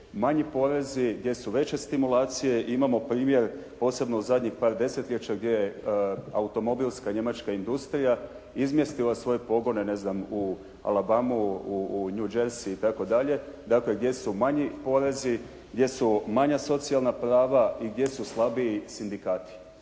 manji porezi, gdje su veće stimulacije. Imamo primjer posebno u zadnjih par desetljeća gdje je automobilska Njemačka industrija, izmislila svoje pogone, ne znam u Alabamu, u New Jersy itd. dakle gdje su manji porezi, gdje su manja socijalna prava i gdje su slabiji sindikati.